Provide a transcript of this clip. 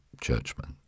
churchmen